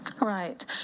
Right